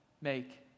make